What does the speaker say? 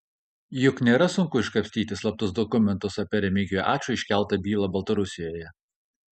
juk nėra sunku iškapstyti slaptus dokumentus apie remigijui ačui iškeltą bylą baltarusijoje